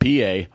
pa